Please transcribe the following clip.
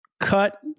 cut